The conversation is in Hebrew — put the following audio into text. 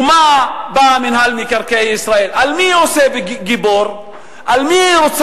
ומה בא מינהל מקרקעי ישראל, על מי הוא גיבור?